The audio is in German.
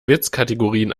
witzkategorien